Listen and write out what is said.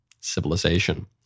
civilization